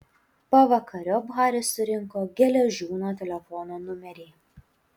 pavakariop haris surinko geležiūno telefono numerį